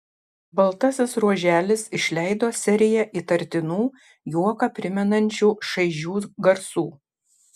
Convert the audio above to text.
baltasis ruoželis išleido seriją įtartinų juoką primenančių šaižių garsų